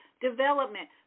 development